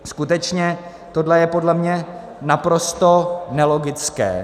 Skutečně tohle je podle mě naprosto nelogické.